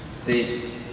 see,